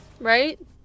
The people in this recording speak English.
right